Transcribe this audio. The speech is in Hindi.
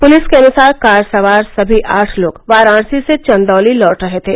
पुलिस के अनुसार कार सवार सभी आठ लोग वाराणसी से चंदौली लौट रहे थे